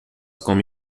come